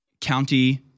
County –